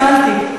שאלתי.